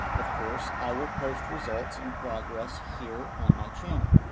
of course, i will post results and progress here on my channel.